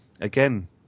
Again